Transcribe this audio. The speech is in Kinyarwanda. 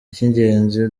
icy’ingenzi